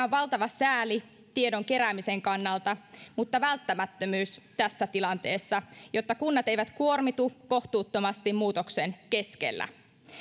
on valtava sääli tiedon keräämisen kannalta mutta välttämättömyys tässä tilanteessa jotta kunnat eivät kuormitu kohtuuttomaksi muutoksen keskellä